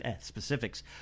specifics